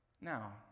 Now